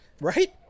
right